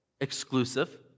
exclusive